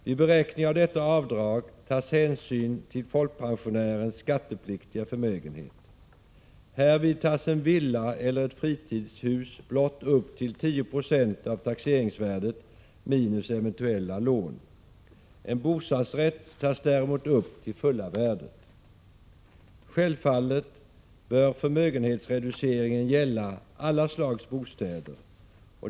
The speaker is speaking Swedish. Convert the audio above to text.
Vid beräkning av detta avdrag tas hänsyn till folkpensionärens skattepliktiga förmögenhet. Härvid tas en villa eller ett fritidshus upp till blott 10 2 av taxeringsvärdet minus eventuella lån. En bostadsrätt tas däremot upp till fulla värdet. Självfallet bör förmögenhetsre duceringen gälla alla slags bostäder.